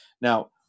Now